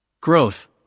Growth